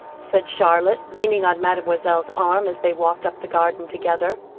said charlotte, leaning on mademoiselle's arm as they walked up the garden together,